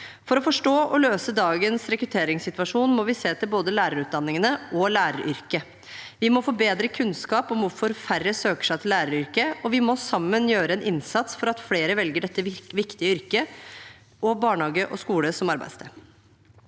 For å forstå og løse dagens rekrutteringssituasjon må vi se på både lærerutdanningene og læreryrket. Vi må få bedre kunnskap om hvorfor færre søker seg til læreryrket, og vi må sammen gjøre en innsats for at flere velger dette viktige yrket og barnehage og skole som arbeidssted.